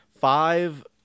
Five